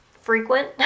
frequent